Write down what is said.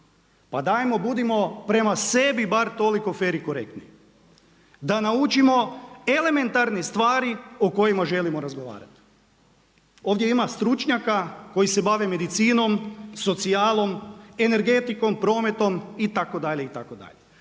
Pa dajmo budimo prema sebi bar toliko fer i korektni, da naučimo elementarne stvari o kojima želimo razgovarati. Ovdje ima stručnjaka koji se bave medicinom, socijalom, energetikom, prometom itd. itd.